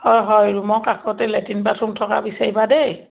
হয় হয় ৰূমৰ কাষতে লেট্ৰিন বাথৰূম থকা বিচাৰিবা দেই